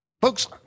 Folks